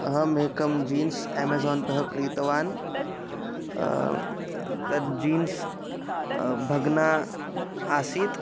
अहं एकम् जीन्स् एमेज़ोन्तः क्रीतवान् तद् जीन्स् भग्ना आसीत्